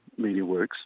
MediaWorks